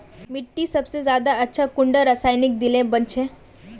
मिट्टी सबसे ज्यादा अच्छा कुंडा रासायनिक दिले बन छै?